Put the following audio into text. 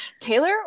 taylor